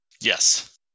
Yes